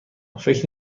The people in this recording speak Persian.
فکر